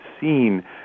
seen